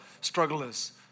strugglers